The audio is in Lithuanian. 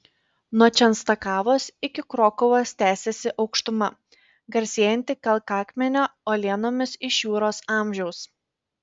nuo čenstakavos iki krokuvos tęsiasi aukštuma garsėjanti kalkakmenio uolienomis iš juros amžiaus